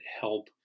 help